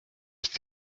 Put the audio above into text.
ist